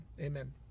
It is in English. amen